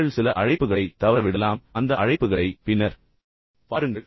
நீங்கள் சில அழைப்புகளைத் தவறவிடலாம் அதாவது நீங்கள் அந்த அழைப்புகளை பின்னர் பாருங்கள்